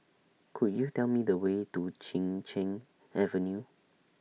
Could YOU Tell Me The Way to Chin Cheng Avenue